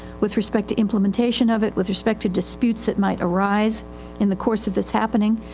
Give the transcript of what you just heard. with respect to implementation of it, with respect to disputes that might arise in the course of this happening.